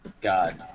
God